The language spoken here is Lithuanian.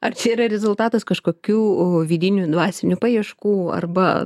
ar čia yra rezultatas kažkokių vidinių dvasinių paieškų arba